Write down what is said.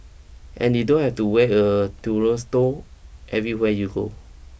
and you don't have to wear a everywhere you go